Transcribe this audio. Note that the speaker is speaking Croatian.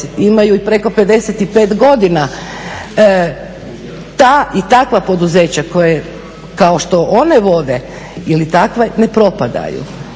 imaju i preko 55 godina, ta i takva poduzeća koje one vode ili takve ne propadaju